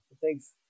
Thanks